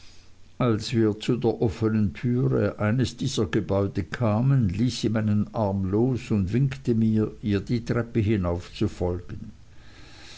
als wir zu der offnen tür eines dieser gebäude kamen ließ sie meinen arm los und winkte mir ihr die treppe hinauf zu folgen